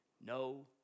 No